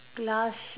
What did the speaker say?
plus